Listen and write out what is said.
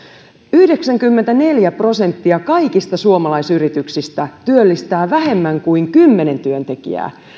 yhdeksänkymmentäneljä prosenttia kaikista suomalaisyrityksistä työllistää vähemmän kuin kymmenen työntekijää